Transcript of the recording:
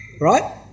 right